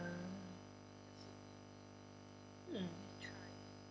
ya hmm